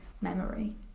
memory